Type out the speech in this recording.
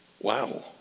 Wow